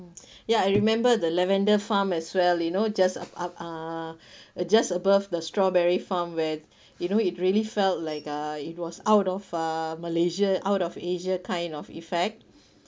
ya I remember the lavender farm as well you know just up uh it just above the strawberry farm where you know it really felt like uh it was out of uh malaysia out of asia kind of effect